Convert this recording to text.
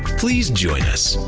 please join us,